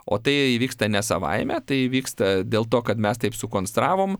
o tai įvyksta ne savaime tai įvyksta dėl to kad mes taip sukonstravom